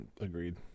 Agreed